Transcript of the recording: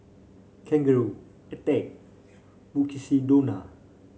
Kangaroo Attack Mukshidonna